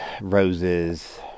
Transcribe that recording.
roses